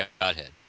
godhead